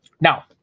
Now